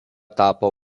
tapo